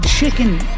Chicken